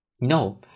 no